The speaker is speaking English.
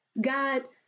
God